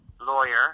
lawyer